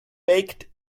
baked